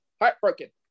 heartbroken